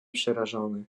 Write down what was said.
przerażony